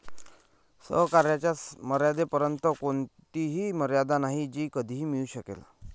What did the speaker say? सहकार्याच्या मर्यादेपर्यंत कोणतीही मर्यादा नाही जी कधीही मिळू शकेल